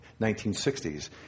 1960s